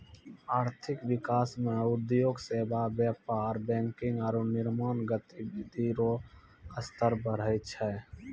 आर्थिक विकास मे उद्योग सेवा व्यापार बैंकिंग आरू निर्माण गतिविधि रो स्तर बढ़ै छै